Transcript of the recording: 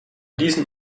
diesen